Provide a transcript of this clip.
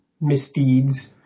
misdeeds